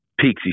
Pixie